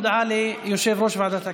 הודעה ליושב-ראש ועדת הכנסת,